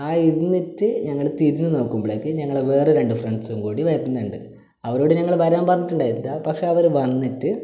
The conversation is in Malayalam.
ആ ഇരുന്നിട്ട് ഞങ്ങൾ തിരിഞ്ഞ് നോക്കുമ്പോളേക്ക് ഞങ്ങളെ വേറെ രണ്ട് ഫ്രെണ്ട്സ്സും കൂടി വരുന്നുണ്ട് അവരോട് ഞങ്ങൾ വരാൻ പറഞ്ഞിട്ടൊണ്ടായില്ല പക്ഷേ അവർ വന്നിട്ട്